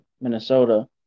Minnesota